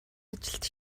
ажилд